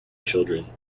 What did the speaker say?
children